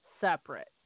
separate